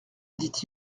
dit